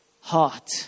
heart